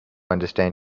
understand